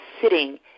sitting